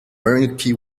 murky